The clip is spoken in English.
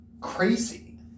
crazy